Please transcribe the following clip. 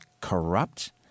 corrupt